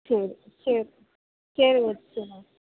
சரி சரி சரிங்க சரி